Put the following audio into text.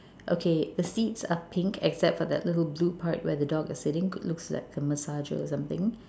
okay the seats are pink except for that little blue part where the dog is sitting could looks like a massager or something